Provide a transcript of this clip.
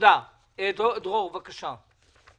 דרור שטרום, בבקשה.